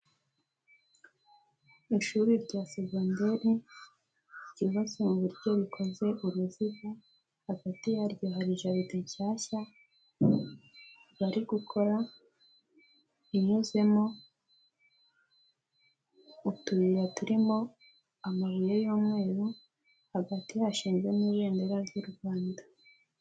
Ishuri rya segomderi ryubatse mu buryo rikoze uruziga, hagati yaryo hari jaride nshyashya bari gukora inyuzemo utuyira turimo amabuye y'umweru, hagati hashinzwe n'ibendera ry'u Rwanda.